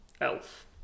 elf